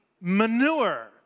manure